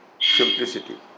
simplicity